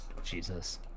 Jesus